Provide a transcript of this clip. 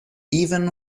even